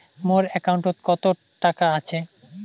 মোর একাউন্টত কত টাকা আছে?